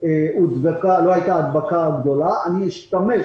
הייתה הדבקה גדולה, אני אשתמש